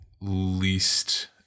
least